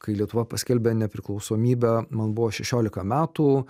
kai lietuva paskelbė nepriklausomybę man buvo šešiolika metų